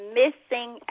missing